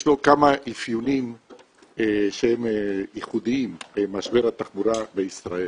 יש לו כמה אפיונים שהם ייחודיים למשבר התחבורה בישראל,